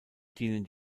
dienen